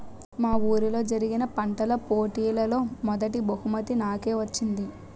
మా వూరిలో జరిగిన పంటల పోటీలలో మొదటీ బహుమతి నాకే వచ్చింది